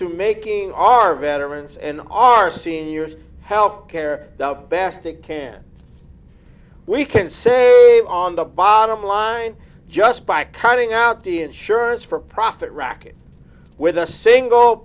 to making our veterans and our seniors help care the best it can we can say on the bottom line just by cutting out the insurance for profit racket with a single